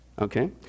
Okay